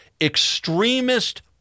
extremist